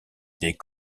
des